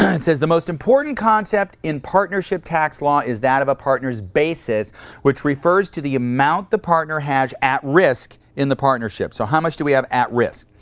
and says the most important concept in partnership tax law is that of a partner's basis which refers to the amount the partner has at risk in the partnership. so how much do we have at risk?